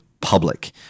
public